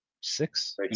six